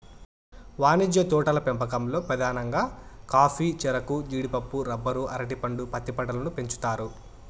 వాణిజ్య తోటల పెంపకంలో పధానంగా కాఫీ, చెరకు, జీడిపప్పు, రబ్బరు, అరటి పండు, పత్తి పంటలను పెంచుతారు